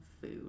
food